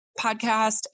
podcast